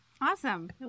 Awesome